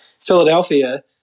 Philadelphia